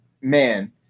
man